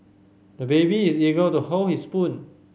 the baby is eager to hold his spoon